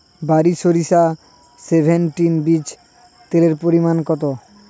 বারি সরিষা সেভেনটিন বীজে তেলের পরিমাণ কত?